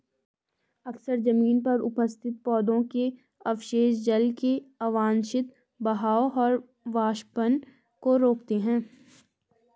अक्सर जमीन पर उपस्थित पौधों के अवशेष जल के अवांछित बहाव और वाष्पन को रोकते हैं